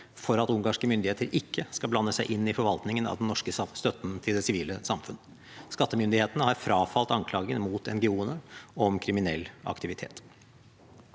for at ungarske myndigheter ikke skal blande seg inn i forvaltningen av den norske støtten til det sivile samfunn. Skattemyndighetene har frafalt anklagen mot NGO-ene om kriminell aktivitet.